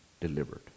delivered